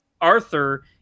Arthur